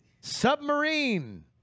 Submarine